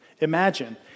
imagine